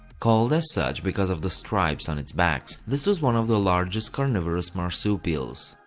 called as such because of the stripes on its backs, this was one of the largest carnivorous marsupials.